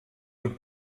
und